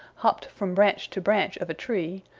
hopped from branch to branch of a tree,